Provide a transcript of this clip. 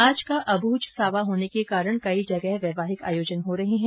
आज का अबूझ सावा होने के कारण कई जगह वैवाहिक आयोजन हो रहे है